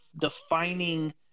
defining